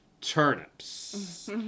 turnips